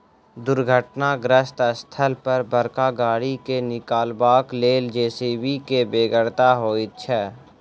दुर्घटनाग्रस्त स्थल पर बड़का गाड़ी के निकालबाक लेल जे.सी.बी के बेगरता होइत छै